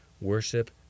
worship